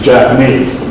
Japanese